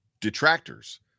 detractors